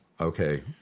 Okay